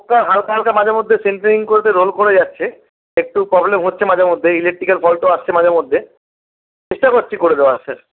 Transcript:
ওটা হালকা হালকা মাঝে মধ্যে সেন্টারিং করতে রোল করে যাচ্ছে একটু প্রবলেম হচ্ছে মাঝে মধ্যে ইলেকট্রিকের ফল্টও আসছে মাঝে মধ্যে চেষ্টা করছি করে দেওয়ার স্যার